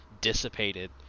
dissipated